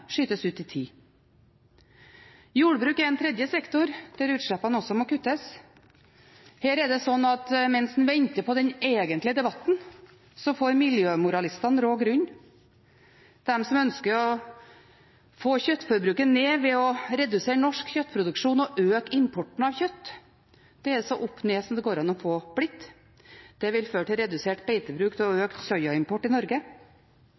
skyves ut i tid. Jordbruk er en tredje sektor der utslippene må kuttes. Her er det slik at mens en venter på den egentlige debatten, får miljømoralistene råde grunnen. De som ønsker å få kjøttforbruket ned ved å redusere norsk kjøttproduksjon og øke importen av kjøtt – det er så opp ned som det går an å få blitt! Det vil føre til redusert beitebruk og økt soyaimport til Norge.